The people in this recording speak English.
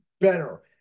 better